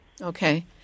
Okay